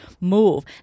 move